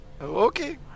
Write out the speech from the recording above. okay